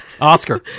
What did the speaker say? Oscar